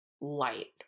light